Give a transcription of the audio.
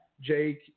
Jake